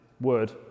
word